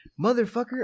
motherfucker